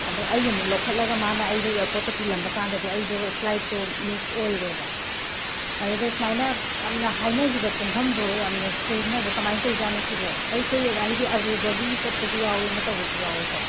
ꯑꯗꯣ ꯑꯩ ꯑꯃꯨꯛ ꯂꯧꯈꯠꯂꯒ ꯃꯥꯅ ꯑꯩꯗꯣ ꯌꯔꯄꯣꯠꯇ ꯊꯤꯜꯂꯝꯕ ꯀꯥꯟꯗꯗꯤ ꯑꯩꯗꯣ ꯐ꯭ꯂꯥꯏꯠꯇꯣ ꯃꯤꯁ ꯑꯣꯏꯔꯦꯕ ꯑꯗꯩꯗ ꯁꯨꯃꯥꯏꯅ ꯌꯥꯝꯅ ꯍꯥꯏꯅꯈꯤꯕ ꯄꯨꯡꯐꯝꯗꯣ ꯌꯥꯝꯅ ꯁꯣꯏꯅꯕ ꯀꯃꯥꯏꯅ ꯇꯧꯔꯥꯖꯥꯠꯅꯣ ꯁꯤꯕꯣ ꯑꯩꯈꯣꯏ ꯍꯥꯏꯗꯤ ꯑꯔꯨꯕꯒꯤ ꯆꯠꯄꯁꯨ ꯌꯥꯎꯏ ꯑꯃ ꯇꯧꯕꯁꯨ ꯌꯥꯎꯋꯤꯀꯣ